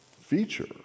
feature